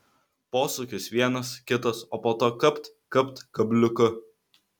posūkis vienas kitas o po to kapt kapt kabliuku